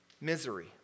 Misery